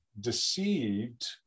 deceived